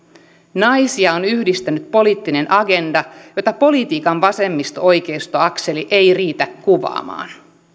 naisia on yhdistänyt poliittinen agenda jota politiikan vasemmisto oikeisto akseli ei riitä kuvaamaan